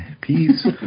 Peace